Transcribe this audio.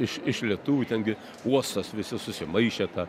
iš iš lietuvių ten gi uostas visi susimaišę tą